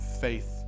faith